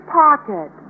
pocket